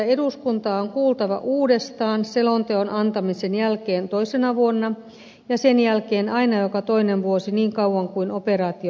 eduskuntaa on kuultava uudestaan selonteon antamisen jälkeen toisena vuonna ja sen jälkeen aina joka toinen vuosi niin kauan kuin operaatio jatkuu